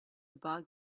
bug